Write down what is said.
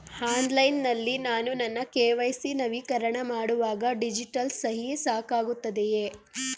Online ನಲ್ಲಿ ನಾನು ನನ್ನ ಕೆ.ವೈ.ಸಿ ನವೀಕರಣ ಮಾಡುವಾಗ ಡಿಜಿಟಲ್ ಸಹಿ ಸಾಕಾಗುತ್ತದೆಯೇ?